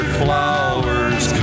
flowers